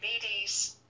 diabetes